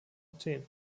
athen